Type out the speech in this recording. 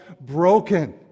broken